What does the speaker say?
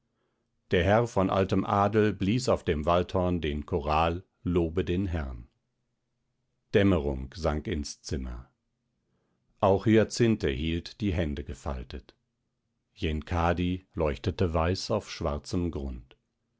der herr von altem adel blies auf dem waldhorn den choral lobe den herrn dämmerung sank ins zimmer auch hyacinthe hielt die hände gefaltet yenkadi leuchtet weiß auf schwarzem grund